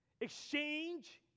exchange